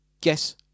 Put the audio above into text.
guess